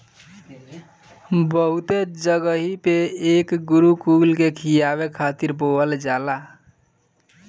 बहुते जगही पे एके गोरु कुल के खियावे खातिर बोअल जाला